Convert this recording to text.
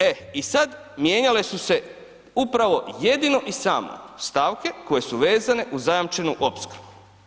E i sad mijenjale su se upravo, jedino i samo stavke koje su vezane uz zajamčenu opskrbu.